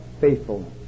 faithfulness